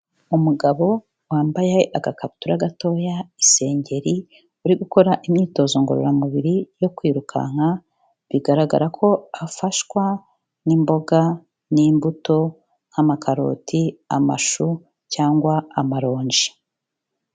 Umugabo wambaye agakabutura gatoya, isengeri uri gukora imyitozo ngororamubiri yo kwirukanka bigaragara ko afashwa n'imboga n'imbuto nk'amakaroti, amashu cyangwa amaronji.